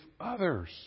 others